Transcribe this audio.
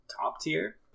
top-tier